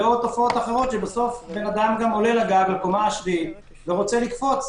או תופעות אדם שעולה לקומה השביעית ורוצה לקפוץ,